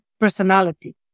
personality